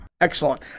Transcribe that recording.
Excellent